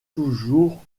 toujours